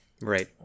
Right